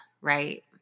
right